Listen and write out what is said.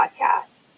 podcast